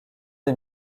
des